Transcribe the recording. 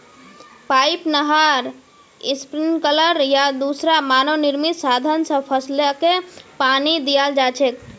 pipe, नहर, sprinkler या दूसरा मानव निर्मित साधन स फसलके पानी दियाल जा छेक